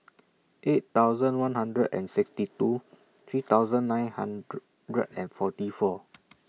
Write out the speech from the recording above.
eight thousand one hundred and sixty two three thousand nine hundred and forty four